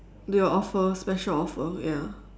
the your offer special offer ya